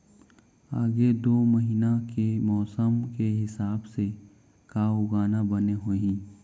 आगे दू महीना के मौसम के हिसाब से का उगाना बने होही?